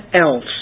else